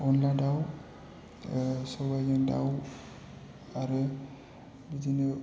अनद्ला दाउ सबाइजों दाउ आरो बिदिनो